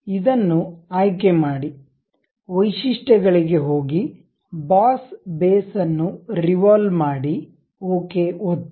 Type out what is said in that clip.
ಇದನ್ನು ಆಯ್ಕೆಮಾಡಿ ವೈಶಿಷ್ಟ್ಯಗಳಿಗೆ ಹೋಗಿ ಬಾಸ್ ಬೇಸ್ ಅನ್ನು ರಿವಾಲ್ವ್ ಮಾಡಿ ಓಕೆ ಒತ್ತಿ